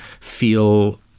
feel